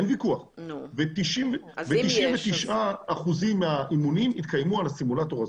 אין ויכוח ו-99% מהאימונים יתקיימו על הסימולטור הזה.